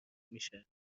میشه